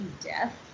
death